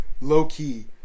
Low-key